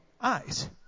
eyes